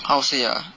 how to say ah